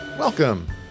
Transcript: Welcome